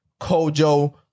Kojo